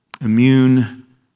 immune